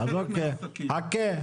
חכה.